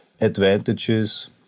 advantages